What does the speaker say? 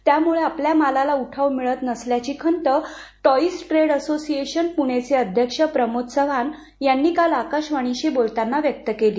त्यामुळं आपल्या मालाला उठाव मिळत नसल्याची खंत टॉईज ट्रेड असोसिएशन पुणेचे अध्यक्ष प्रमोद चव्हाण यांनी काल आकाशवाणीशी बोलताना व्यक्त केली